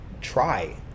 try